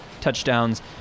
touchdowns